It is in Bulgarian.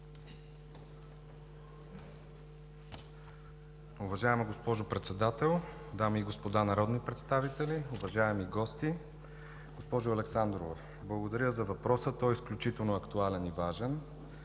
Уважаема госпожо Председател, дами и господа народни представители, уважаеми гости. Госпожо Александрова, благодаря за въпроса. Той е изключително актуален и важен.